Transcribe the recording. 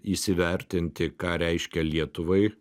įsivertinti ką reiškia lietuvai